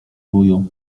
wuju